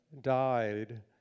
died